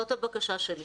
זאת הבקשה שלי